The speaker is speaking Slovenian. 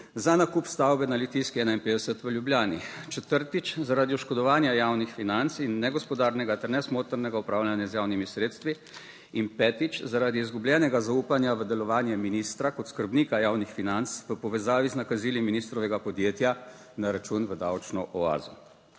za nakup stavbe na Litijski 51 v Ljubljani, četrtič, zaradi oškodovanja javnih financ in negospodarnega ter nesmotrnega upravljanja z javnimi sredstvi. In petič, zaradi izgubljenega zaupanja v delovanje ministra kot skrbnika javnih financ v povezavi z nakazili ministrovega podjetja na račun v davčno oazo.